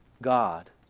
God